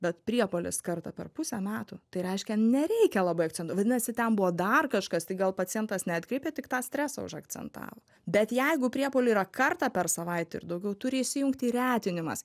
bet priepuolis kartą per pusę metų tai reiškia nereikia labai akcentuo vadinasi ten buvo dar kažkas tai gal pacientas neatkreipė tik tą stresą užakcentavo bet jeigu priepuoliai yra kartą per savaitę ir daugiau turi įsijungti retinimas